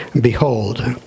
behold